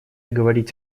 говорить